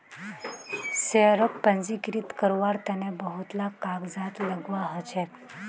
शेयरक पंजीकृत कारवार तन बहुत ला कागजात लगव्वा ह छेक